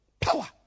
power